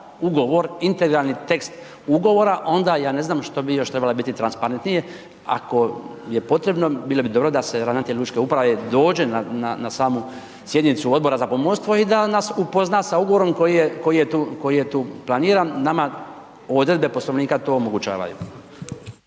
integralni tekst ugovora, onda ja ne znam što bi još trebala biti transparentnije. Ako je potrebno, bilo bi dobro da se ravnatelj lučke uprave dođe na samu sjednicu Odbora za pomorstvo i da nas upozna sa ugovorom koji je tu planiran. Nama odredbe Poslovnika to omogućavaju.